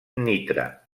nitra